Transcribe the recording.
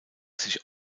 sich